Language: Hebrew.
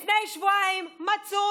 לפני שבועיים מצאו